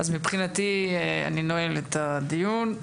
מבחינתי, אני נועל את הדיון.